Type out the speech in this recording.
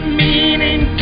meaning